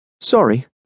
Sorry